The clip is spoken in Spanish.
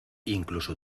incluso